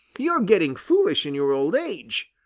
you're getting foolish in your old age,